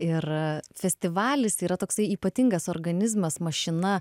ir festivalis yra toksai ypatingas organizmas mašina